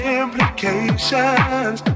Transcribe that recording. implications